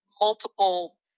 multiple